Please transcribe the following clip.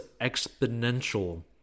exponential